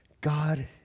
God